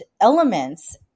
elements